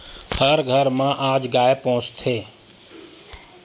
हर घर म आज गाय पोसथे